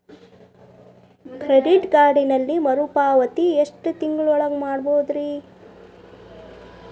Credit ಕಾರ್ಡಿನಲ್ಲಿ ಮರುಪಾವತಿ ಎಷ್ಟು ತಿಂಗಳ ಒಳಗ ಮಾಡಬಹುದ್ರಿ?